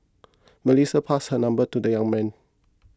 Melissa passed her number to the young man